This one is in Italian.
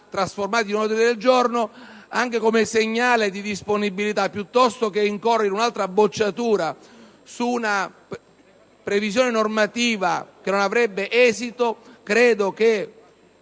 trasformato in ordine del giorno, anche come segnale di disponibilità, piuttosto che incorrere in un'altra bocciatura di una previsione normativa che non avrebbe esito, sarebbe